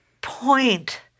point